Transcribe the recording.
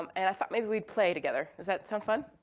um and i thought maybe we'd play together. does that sound fun?